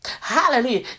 Hallelujah